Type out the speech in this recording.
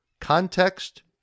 context